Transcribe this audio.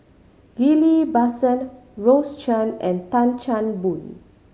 Ghillie Basan Rose Chan and Tan Chan Boon